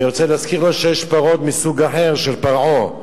אני רוצה להזכיר לו שיש פרות מסוג אחר, של פרעה,